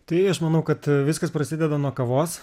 tai aš manau kad viskas prasideda nuo kavos